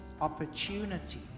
opportunity